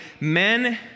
men